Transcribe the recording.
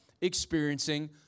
experiencing